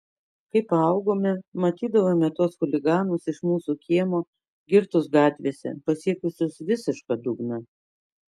kai paaugome matydavome tuos chuliganus iš mūsų kiemo girtus gatvėse pasiekusius visišką dugną